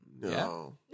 No